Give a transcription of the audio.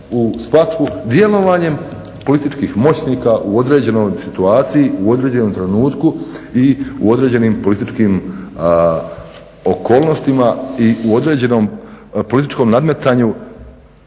u Spačvu djelovanjem političkih moćnika u određenoj situaciji u određenom trenutku i u određenim političkim okolnostima i u određenom političkom nadmetanju